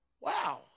Wow